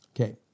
Okay